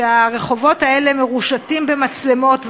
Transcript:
שהרחובות האלה מרושתים במצלמות,